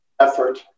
effort